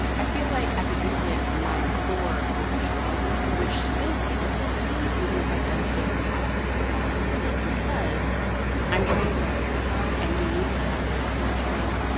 i feel like at the end of it my core will be stronger. which still benefits me, even if i don't get the aesthetic qualities of it, because i'm training for a marathon and you need to have good core strength.